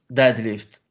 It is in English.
deadlift